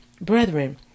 brethren